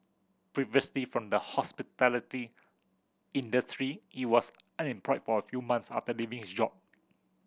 previously from the hospitality industry he was unemployed for a few months after leaving his job